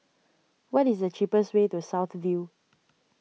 what is the cheapest way to South View